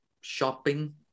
shopping